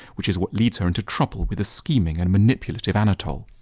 which is what leads her into trouble with the scheming and manipulative anatole.